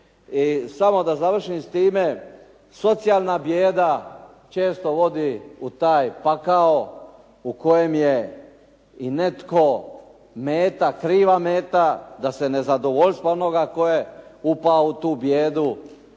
samo da završim s time, socijalna bijeda često vodi u taj pakao u kojem je i netko meta, kriva meta da se nezadovoljstvo onoga tko je upao u tu bijedu